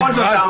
בכל זאת,